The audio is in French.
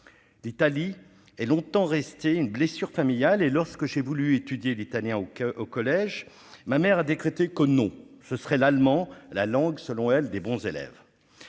l'Italie est longtemps resté une blessure familiale et lorsque j'ai voulu étudier Netanyahu qu'au collège, ma mère a décrété que non, ce serait l'allemand, la langue, selon elle, des bons élèves